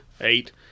eight